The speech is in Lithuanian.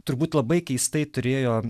turbūt labai keistai turėjo